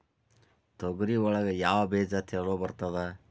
ತೊಗರಿ ಒಳಗ ಯಾವ ಬೇಜ ಛಲೋ ಬರ್ತದ?